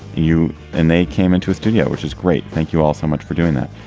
you and they came into a studio, which is great. thank you all so much for doing that.